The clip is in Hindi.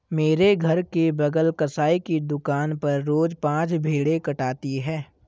मेरे घर के बगल कसाई की दुकान पर रोज पांच भेड़ें कटाती है